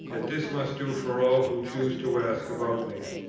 that this must do for all who choose to ask about me.